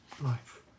life